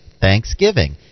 thanksgiving